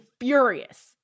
furious